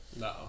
No